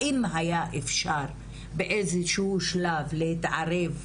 האם היה אפשר באיזשהו שלב להתערב,